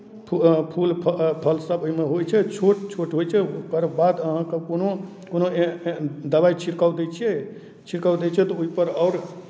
फू फूल फलसभ ओहिमे होइ छै छोट छोट होइ छै ओकर बाद अहाँके कोनो कोनो एह एहन दवाइ छिड़काव दै छियै छिड़काव दै छियै तऽ ओहिपर आओर